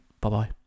Bye-bye